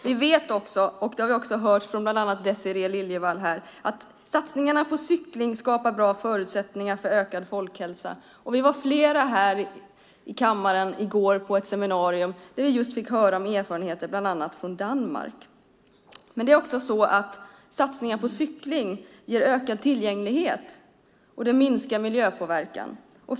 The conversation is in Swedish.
Vi vet också, vilket vi har hört från bland andra Désirée Liljevall, att satsningarna på cykling skapar bra förutsättningar för ökad folkhälsa. Flera av oss i kammaren deltog i går på ett seminarium där vi fick höra om erfarenheter från bland annat Danmark. Men satsningar på cykling ger också ökad tillgänglighet och minskar miljöpåverkan.